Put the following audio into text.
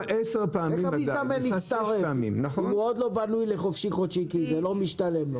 איך המזדמן יצטרף אם הוא עוד לא בנוי לחופשי-חודשי כי זה לא משתלם לו?